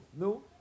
No